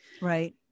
Right